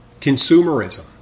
consumerism